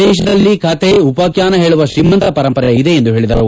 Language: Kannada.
ದೇಶದಲ್ಲಿ ಕತೆ ಉಪಾಖ್ಯಾನ ಹೇಳುವ ಶ್ರೀಮಂತ ಪರಂಪರೆ ಇದೆ ಎಂದು ಹೇಳಿದರು